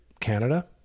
Canada